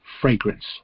fragrance